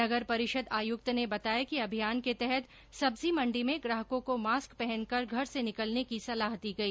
नगर परिषद आयुक्त ने बताया कि अभियान के तहत सब्जी मण्डी में ग्राहकों को मास्क पहनकर घर से निकलने की सलाह दी गई